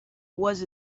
was